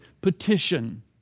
petition